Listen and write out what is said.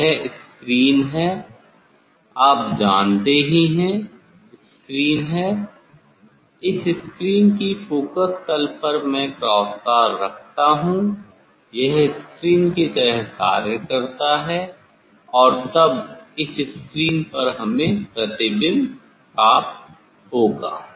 यह स्क्रीन है आप जानते ही हैं स्क्रीन है इस स्क्रीन की फोकस तल पर मैं क्रॉस तार रखता हूं यह स्क्रीन की तरह कार्य करता है और तब इस स्क्रीन पर हमें प्रतिबिंब प्राप्त होगा